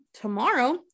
tomorrow